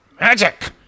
magic